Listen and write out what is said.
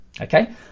Okay